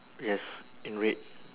yes in red